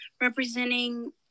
representing